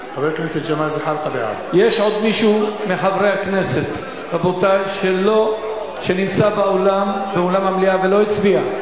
בעד יש עוד מישהו מחברי הכנסת שנמצא באולם המליאה ולא הצביע?